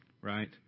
right